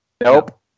Nope